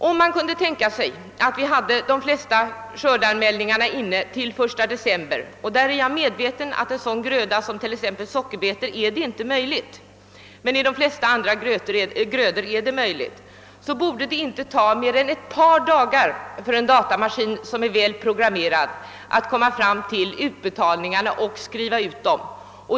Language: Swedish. Om de flesta skördeanmälningarna skulle vara inne den 1 december — jag är medeten om att vad beträffar en sådan gröda som sockerbetor det inte är möjligt att få in anmälningarna till denna tid, men i fråga om de flesta andra grödor är det möjligt — borde det inte ta mer än ett par dagar för en datamaskin som är väl programmerad att komma fram till utbetalningarna och skriva ut dem.